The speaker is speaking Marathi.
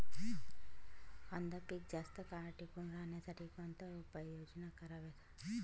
कांदा पीक जास्त काळ टिकून राहण्यासाठी कोणत्या उपाययोजना कराव्यात?